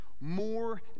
more